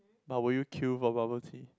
but will you queue for bubble tea